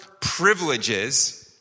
privileges